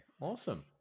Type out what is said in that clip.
awesome